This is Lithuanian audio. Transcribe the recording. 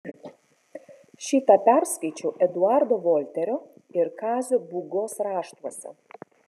šį tą perskaičiau eduardo volterio ir kazio būgos raštuose